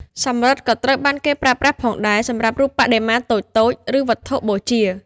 សំរឹទ្ធិក៏ត្រូវបានគេប្រើប្រាស់ផងដែរ សម្រាប់រូបបដិមាតូចៗ ឬវត្ថុបូជា។